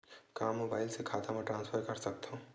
का मोबाइल से खाता म ट्रान्सफर कर सकथव?